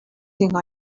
think